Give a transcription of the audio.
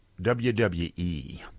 WWE